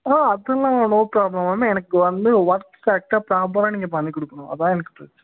ஆ அதெல்லாம் no problem ma'am எனக்கு வந்து ஒர்க் கரெக்டாக ப்ராப்பராக நீங்கள் பண்ணிக் கொடுக்கணும் அதுதான் எனக்கு பெருசு